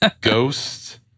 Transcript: Ghost